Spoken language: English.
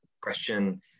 question